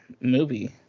movie